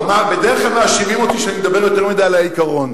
בדרך כלל מאשימים אותי שאני מדבר יותר מדי על העיקרון,